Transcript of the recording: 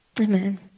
Amen